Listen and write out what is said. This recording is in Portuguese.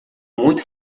muito